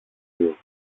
σου